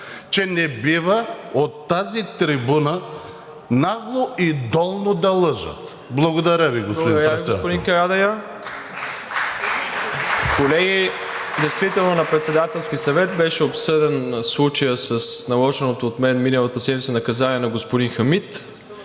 че не бива от тази трибуна нагло и долно да лъжат. Благодаря Ви, господин Председател.